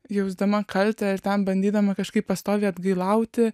jausdama kaltę ir ten bandydama kažkaip pastoviai atgailauti